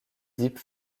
deep